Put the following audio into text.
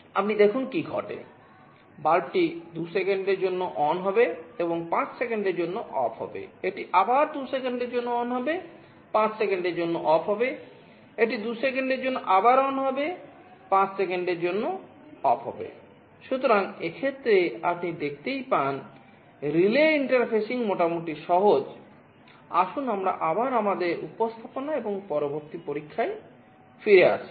আপনি দেখুন কি ঘটে বাল্বটি 2 সেকেন্ডের জন্য অন এবং পরবর্তী পরীক্ষায় ফিরে আসি